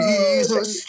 Jesus